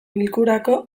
bilkurako